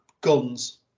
guns